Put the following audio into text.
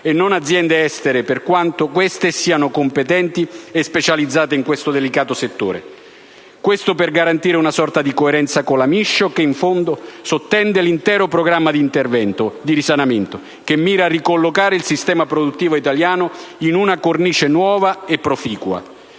e non aziende estere, per quanto queste siano competenti e specializzate in questo delicato settore. Questo per garantire una sorta di coerenza con la *mission* che in fondo sottende l'intero programma di intervento di risanamento che mira a ricollocare il sistema produttivo italiano in una cornice nuova e proficua,